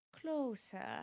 closer